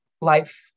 life